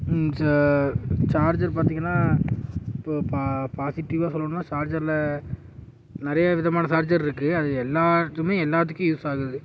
ச சார்ஜர் பார்த்தீங்கன்னா இப்போ பா பாசிட்டிவா சொல்லணும்னா சார்ஜரில் நிறைய விதமான சார்ஜர் இருக்குது அது எல்லார்ட்டியுமே எல்லாத்துக்கும் யூஸ் ஆகுது